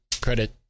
credit